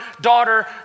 daughter